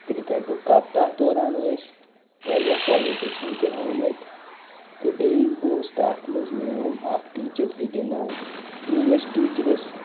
کِرٛکٮ۪ٹُک cup تَتھ دوران ٲسۍ واریاہ پالِٹیٖشَن تہِ آمٕتۍ تہٕ بیٚیہِ اوس تَتھ منٛز میون اَکھ ٹیٖچَر تہِ گِنٛدان میٛٲنِس ٹیٖچرَس